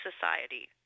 society